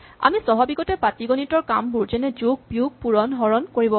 আমি স্বাভাৱিকতে পাটিগণিতৰ কামবোৰ যেনে যোগ বিয়োগ পূৰণ হৰণ কৰিব পাৰো